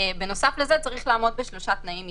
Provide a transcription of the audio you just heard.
בנוסף לזה צריך לעמוד בשלושה תנאים מצטברים: